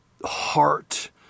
heart